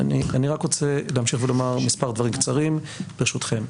אני רק רוצה להמשיך ולומר מספר דברים קצרים ברשותכם.